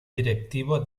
directivo